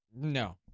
No